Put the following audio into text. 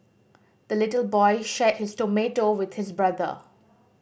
the little boy shared his tomato with his brother